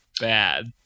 bad